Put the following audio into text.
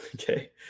Okay